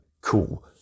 Cool